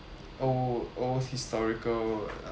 all all historical uh